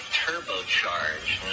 turbocharged